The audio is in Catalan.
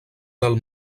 del